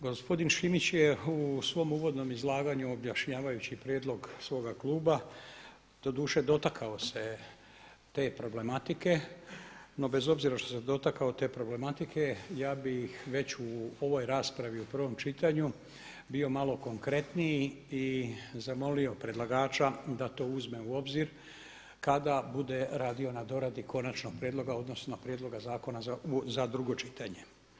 Gospodin Šimić je u svom uvodnom izlaganju objašnjavajući prijedlog svoga kluba, doduše dotakao se je te problematike, no bez obzira što se dotakao te problematike ja bi već u ovoj raspravi u prvom čitanju bio malo konkretniji i zamolio predlagača da to uzme u obzir kada bude radio na doradi konačnog prijedloga odnosno prijedloga zakona za drugo čitanje.